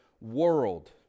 world